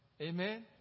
amen